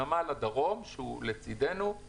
נמל הדרום, שהוא לצידנו;